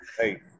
Hey